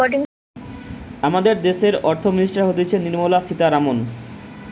আমাদের দ্যাশের অর্থ মিনিস্টার হতিছে নির্মলা সীতারামন